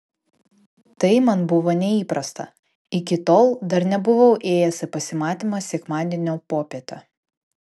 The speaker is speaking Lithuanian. tai man buvo neįprasta iki tol dar nebuvau ėjęs į pasimatymą sekmadienio popietę